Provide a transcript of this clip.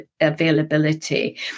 availability